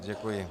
Děkuji.